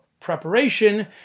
preparation